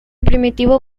primitivo